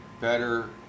better